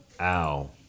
Ow